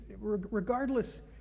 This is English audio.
regardless